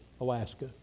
Alaska